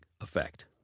effect